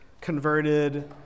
converted